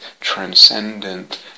transcendent